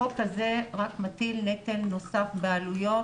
חוק כזה רק מטיל נטל נוסף בעלויות